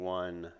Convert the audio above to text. one